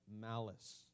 malice